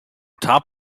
top